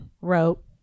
wrote